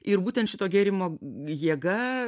ir būtent šito gėrimo jėga